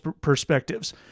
perspectives